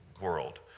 world